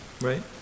Right